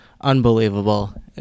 unbelievable